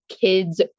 kids